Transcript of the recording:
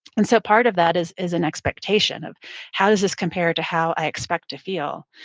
and so part of that is is an expectation of how does this compare to how i expect to feel?